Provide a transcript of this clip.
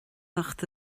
ucht